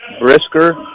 Brisker